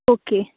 okay